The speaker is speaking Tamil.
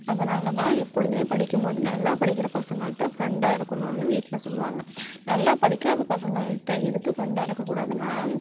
அதனால் தான் எப்பொழுதும் படிக்கும்போது நல்லா படிக்கிற பசங்கள்கிட்ட ஃப்ரெண்டாக இருக்கணும்னு வீட்டில் சொல்வாங்க நல்லா படிக்காத பசங்கள்கிட்ட எதுக்கு ஃப்ரெண்டாக இருக்க கூடாதுன்னா